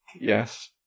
Yes